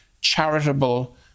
charitable